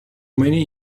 many